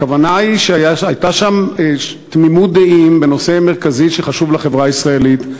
הכוונה היא שהייתה שם תמימות דעים בנושא מרכזי שחשוב לחברה הישראלית.